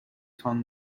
تان